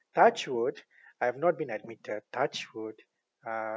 touch wood I've not been admitted touch wood uh